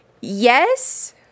yes